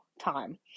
time